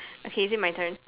okay is it my turn